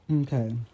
Okay